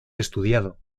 estudiado